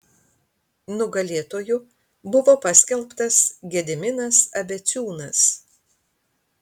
nugalėtoju buvo paskelbtas gediminas abeciūnas